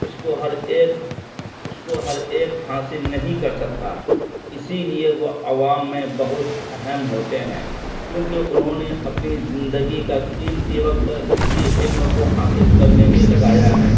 اس کو ہر ایک اس کو ہر ایک حاصل نہیں کر سکتا اسی لیے وہ عوام میں بہت اہم ہوتے ہیں کیونکہ انہوں نے اپنی زندگی کا قیمتی وقت اسی علم کو حاصل کرنے میں لگایا ہے